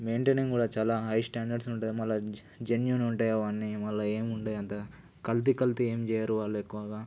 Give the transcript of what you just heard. maintaining కూడా చాలా high standards ఉంటాయి మళ్ళీ జెన్యూన్ ఉంటాయి అవన్నీ మళ్ళీ ఏం ఉంటాయి అంతగనం కల్తీ కల్తీ ఏం చేయరు వాళ్ళే ఎక్కువగా